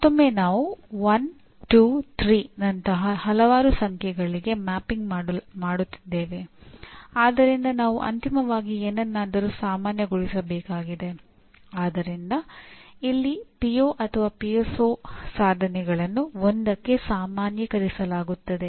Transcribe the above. ಮತ್ತೊಮ್ಮೆ ನಾವು 1 2 3 ನಂತಹ ಹಲವಾರು ಸಂಖ್ಯೆಗಳಿಗೆ ಮ್ಯಾಪಿಂಗ್ ಮಾಡುತ್ತಿದ್ದೇವೆ ಆದ್ದರಿಂದ ನಾವು ಅಂತಿಮವಾಗಿ ಏನನ್ನಾದರೂ ಸಾಮಾನ್ಯಗೊಳಿಸಬೇಕಾಗಿದೆ